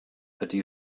ydy